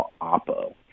oppo